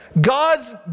God's